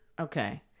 Okay